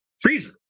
freezer